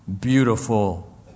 Beautiful